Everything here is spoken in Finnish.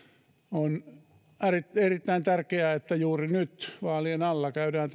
on erittäin tärkeää että juuri nyt vaalien alla käydään